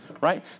right